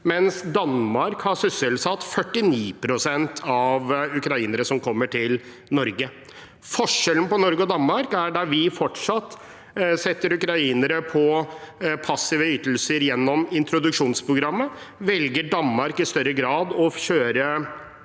mens Danmark har sysselsatt 49 pst. av ukrainerne. Forskjellen på Norge og Danmark er at der vi fortsatt setter ukrainere på passive ytelser gjennom introduksjonsprogrammet, velger Danmark i større grad å kjøre